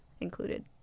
included